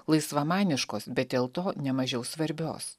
laisvamaniškos bet dėl to nemažiau svarbios